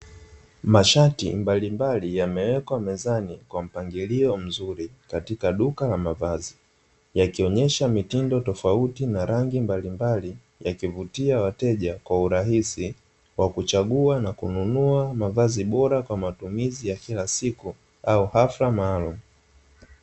Mashati mbalimbali yamewekwa mezani kwa mpangilio mzuri katika duka la mavazi, yakionyesha mitindo tofauti na rangi mbalimbali, yakivutia wateja kwa urahisi wa kuchagua na kununua mavazi bora kwa matumizi ya kila siku au hafla maalumu.